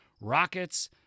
Rockets